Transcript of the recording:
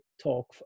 talk